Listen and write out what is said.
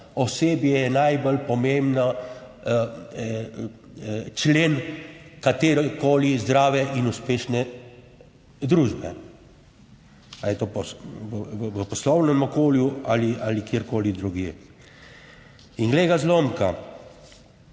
osebje je najbolj pomemben člen katerekoli zdrave in uspešne družbe, ali je to v poslovnem okolju ali kjerkoli drugje. In glej ga zlomka,